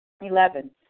Eleven